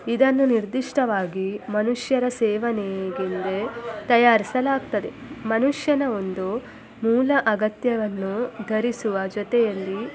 ಇದನ್ನು ನಿರ್ದಿಷ್ಟವಾಗಿ ಮನುಷ್ಯರ ಸೇವನೆಗೆಂದೇ ತಯಾರಿಸಲಾಗ್ತದೆ ಮನುಷ್ಯನ ಒಂದು ಮೂಲ ಅಗತ್ಯವನ್ನು ಧರಿಸುವ ಜೊತೆಯಲ್ಲಿ